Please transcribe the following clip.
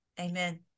amen